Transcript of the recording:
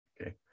Okay